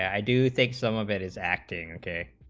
i do think some of it is acting a